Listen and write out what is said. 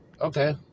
Okay